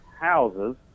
houses